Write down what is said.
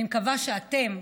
אני מקווה שאתם,